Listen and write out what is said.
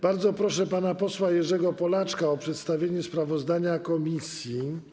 Bardzo proszę pana posła Jerzego Polaczka o przedstawienie sprawozdania komisji.